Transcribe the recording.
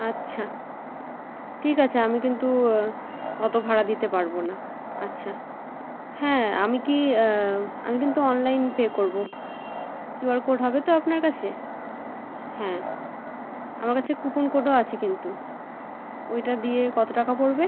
আচ্ছা ঠিক আছে আমি কিন্তু অতো ভাড়া দিতে পারবো না আচ্ছা হ্যাঁ আমি কি আমি কিন্তু অনলাইন পে করবো কিউআর কোড হবে তো আপনার কাছে হ্যাঁ আমার কাছে কুপন কোডও আছে কিন্তু ওইটা দিয়ে কতো টাকা পড়বে